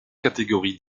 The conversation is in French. catégories